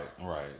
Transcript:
right